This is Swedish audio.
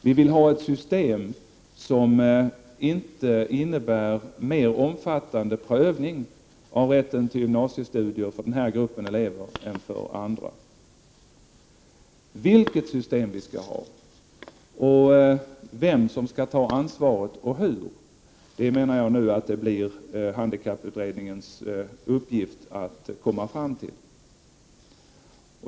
Vi vill ha ett system som inte innebär mer omfattande prövning av rätten till gymnasiestudier för den här gruppen elever än för andra. Vilket system vi skall ha, vem som skall ta ansvaret och hur det skall ske menar jag att det blir handikapputredningens uppgift att komma fram till.